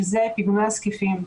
שזה פיגומי הזקיפים.